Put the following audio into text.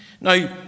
Now